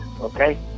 okay